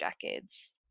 decades